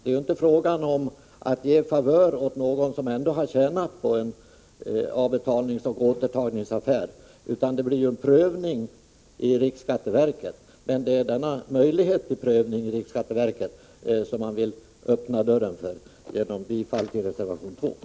Det är ju inte fråga om att ge några favörer åt någon som ändå har tjänat på avbetalningsoch återtagningsaffärer, utan det blir en prövning i riksskatteverket. Det är denna möjlighet till prövning som man vill öppna dörren för genom bifall till reservation 2.